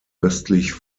östlich